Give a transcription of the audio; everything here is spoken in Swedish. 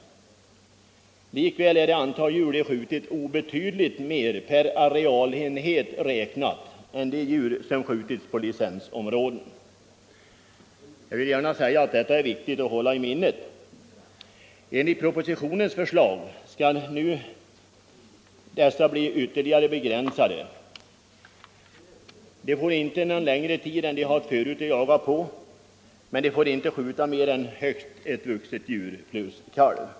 Likväl är det antal djur som de skjutit obetydligt mer per arealenhet räknat än det antal djur som skjutits på licensområdena. Jag vill gärna säga att det är viktigt att hålla detta i minnet. Enligt propositionens förslag skall det nu införas ytterligare begränsningar. Dessa små markägare får inte längre tid än nu att jaga på och de får inte skjuta mer än högst ett vuxet djur plus en kalv.